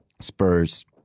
Spurs